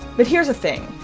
but here's the thing.